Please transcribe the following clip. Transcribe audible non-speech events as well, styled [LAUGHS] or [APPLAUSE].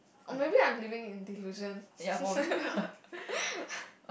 or maybe I'm living in delusion [LAUGHS]